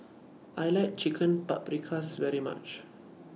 I like Chicken Paprikas very much